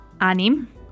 Anim